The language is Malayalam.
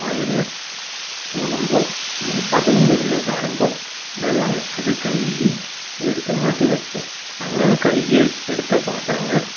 ആയെന്ന് തോന്നുമ്പോൾ ഒന്ന് പതഞ്ഞ് വരുന്നത് കാണുമ്പോൾ വെള്ളം വച്ചത് കഴുകി അതെടുത്ത് മാറ്റി വെക്കുക അങ്ങനെ കഴുകി എടുത്ത പാത്രങ്ങൾ